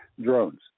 drones